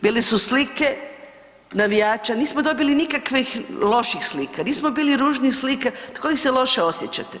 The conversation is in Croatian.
Bile su slike navijača, nismo dobili nikakvih loših slika, nismo bili ružnih slika od kojih se loše osjećate.